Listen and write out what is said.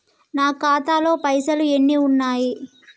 నా ఖాతాలో పైసలు ఎన్ని ఉన్నాయి?